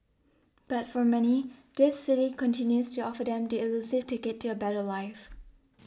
but for many this city continues to offer them the elusive ticket to a better life